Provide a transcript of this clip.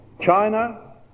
China